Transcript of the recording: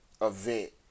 event